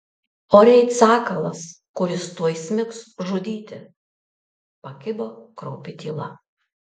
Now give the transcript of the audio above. ore it sakalas kuris tuoj smigs žudyti pakibo kraupi tyla